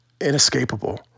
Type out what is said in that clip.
inescapable